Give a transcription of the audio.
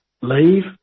leave